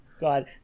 God